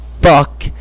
fuck